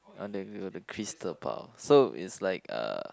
on the grill of the crystal path so it's like uh